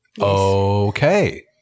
Okay